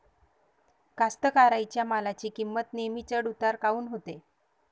कास्तकाराइच्या मालाची किंमत नेहमी चढ उतार काऊन होते?